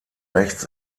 rechts